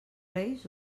reis